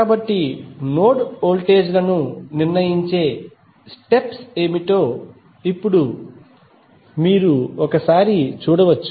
కాబట్టి node voltage లను నిర్ణయించే స్టెప్స్ ఏమిటో ఇప్పుడు మీరు ఒకసారి చూడవచ్చు